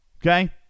Okay